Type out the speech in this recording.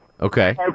Okay